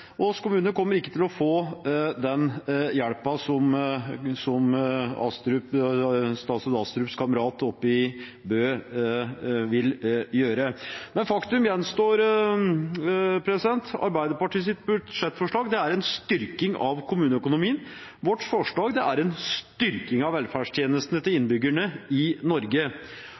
til å få den hjelpen som statsråd Astrups kamerat i Bø vil gjøre. Faktum gjenstår: Arbeiderpartiets budsjettforslag er en styrking av kommuneøkonomien. Vårt forslag er en styrking av velferdstjenestene til innbyggerne i Norge.